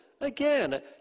Again